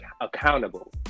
accountable